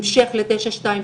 המשך ל-922,